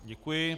Děkuji.